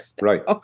right